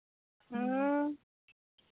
ᱦᱮᱸ